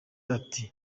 ati